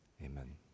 Amen